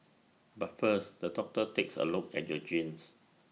but first the doctor takes A look at your genes